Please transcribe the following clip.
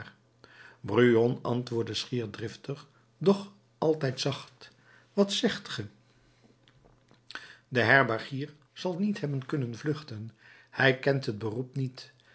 brujon antwoordde schier driftig doch altijd zacht wat zegt ge de herbergier zal niet hebben kunnen vluchten hij kent het beroep niet